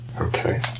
Okay